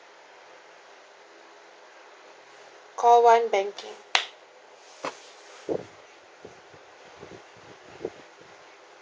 call one banking